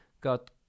got